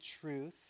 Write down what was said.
truth